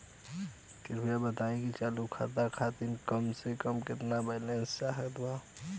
कृपया बताई कि चालू खाता खातिर कम से कम केतना बैलैंस चाहत बा